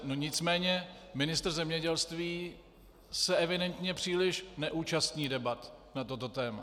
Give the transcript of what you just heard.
Nicméně ministr zemědělství se evidentně příliš neúčastní debat na toto téma.